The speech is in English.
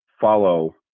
follow